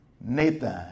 Nathan